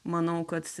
manau kad